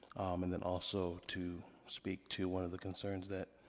and then also to speak to one of the concerns that